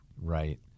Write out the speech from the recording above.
Right